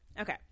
Okay